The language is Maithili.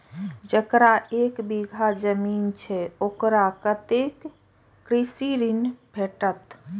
जकरा एक बिघा जमीन छै औकरा कतेक कृषि ऋण भेटत?